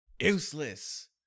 useless